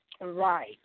Right